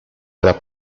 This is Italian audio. della